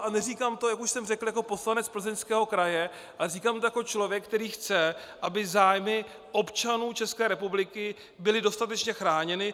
A neříkám to, jak už jsem řekl, jako poslanec Plzeňského kraje, ale říkám to jako člověk, který chce, aby zájmy občanů České republiky byly dostatečně chráněny.